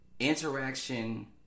Interaction